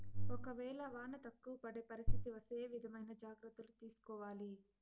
ఒక వేళ వాన తక్కువ పడే పరిస్థితి వస్తే ఏ విధమైన జాగ్రత్తలు తీసుకోవాలి?